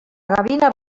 gavina